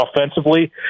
offensively